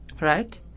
right